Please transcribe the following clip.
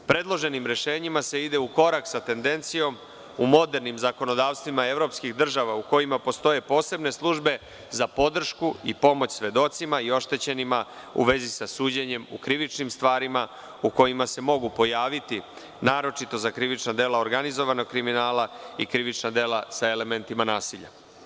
Predloženim rešenjima se ide u korak sa tendencijom u modernim zakonodavstvima evropskih država u kojima postoje posebne službe za podršku i pomoć svedocima i oštećenima u vezi sa suđenjem u krivičnim stvarima u kojima se mogu pojaviti, naročito za krivična dela organizovanog kriminala i krivična dela sa elementima nasilja.